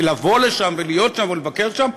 ולבוא לשם ולהיות שם או לבקר שם,